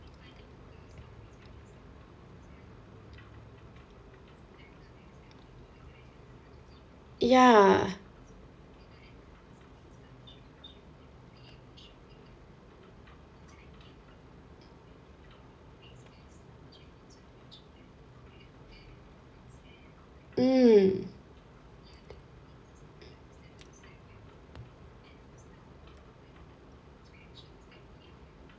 ya mm